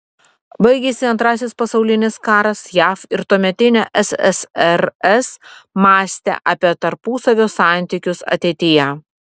baigėsi antrasis pasaulinis karas jav ir tuometinė ssrs mąstė apie tarpusavio santykius ateityje